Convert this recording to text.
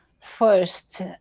first